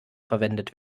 verwendet